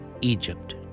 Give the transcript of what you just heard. Egypt